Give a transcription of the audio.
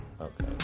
Okay